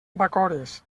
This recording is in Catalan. bacores